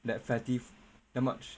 that fatty that much